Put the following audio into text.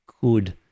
good